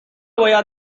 باید